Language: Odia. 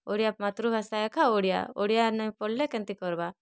ଓଡ଼ିଆ ମାତୃଭାଷା ଏଖା ଓଡ଼ିଆ ଓଡ଼ିଆ ନାଇଁ ପଢ଼୍ଲେ କେନ୍ତି କର୍ବା